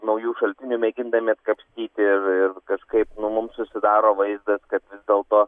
naujų šaltinių mėgindami atkapstyti ir ir kažkaip nu mums susidaro vaizdas kad vis dėlto